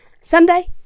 Sunday